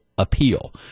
Appeal